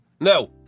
No